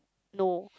no